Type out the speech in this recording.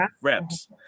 reps